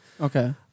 Okay